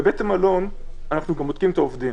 בבית המלון אנחנו גם בודקים את העובדים.